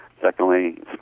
Secondly